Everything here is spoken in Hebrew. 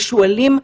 ושועלים,